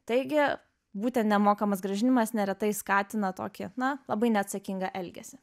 taigi būtent nemokamas grąžinimas neretai skatina tokį na labai neatsakingą elgesį